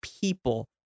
people